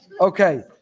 Okay